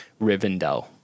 rivendell